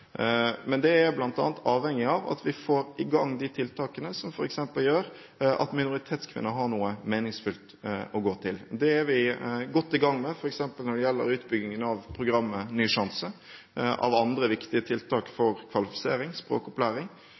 Men det er bl.a. avhengig av at vi får i gang de tiltakene som f.eks. gjør at minoritetskvinner har noe meningsfylt å gå til. Det er vi godt i gang med, f.eks. når det gjelder utbyggingen av programmet Ny sjanse, av andre viktige tiltak for kvalifisering, språkopplæring,